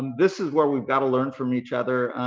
this is where we've got to learn from each other.